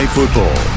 Football